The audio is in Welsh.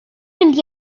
mynd